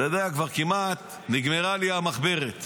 אתה יודע, כבר כמעט נגמרה לי המחברת.